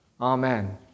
Amen